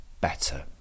better